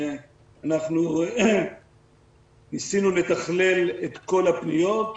אנחנו ניסינו לתכלל את כל הפניות,